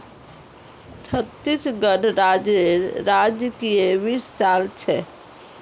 छत्तीसगढ़ राज्येर राजकीय वृक्ष साल छे